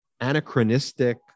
anachronistic